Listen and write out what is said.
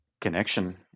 connection